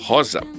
Rosa